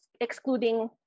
excluding